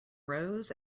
rose